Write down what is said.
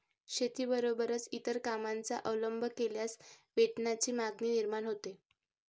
शेतीबरोबरच इतर कामांचा अवलंब केल्यास वेतनाची मागणी निर्माण होते